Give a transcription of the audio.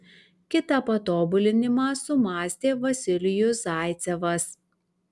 kitą patobulinimą sumąstė vasilijus zaicevas